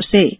गौ केबिनेट